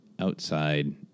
outside